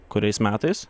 kuriais metais